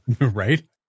Right